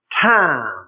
Time